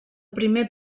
primer